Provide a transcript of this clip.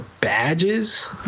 Badges